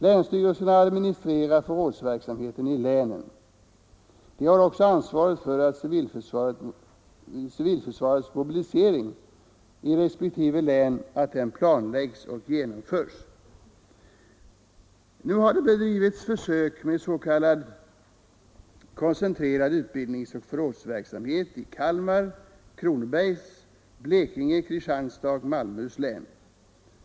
Länsstyrelserna administrerar förrådsverksamheten i länen. De har också ansvaret för att civilförsvarets mobilisering i respektive län planläggs och genomförs. Det har nu bedrivits försök med s.k. koncentrerad utbildningsoch förrådsverksamhet i Kalmar, Kronobergs, Blekinge, Kristianstads och Malmöhus län.